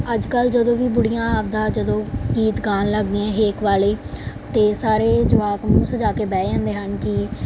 ਅੱਜ ਕੱਲ੍ਹ ਜਦੋਂ ਵੀ ਬੁੱਢੀਆਂ ਆਪਦਾ ਜਦੋਂ ਗੀਤ ਗਾਣ ਲੱਗ ਗਈਆਂ ਹੇਕ ਵਾਲੇ ਅਤੇ ਸਾਰੇ ਜਵਾਕ ਮੂੰਹ ਸਜਾ ਕੇ ਬਹਿ ਜਾਂਦੇ ਹਨ ਕਿ